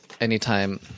anytime